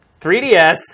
3DS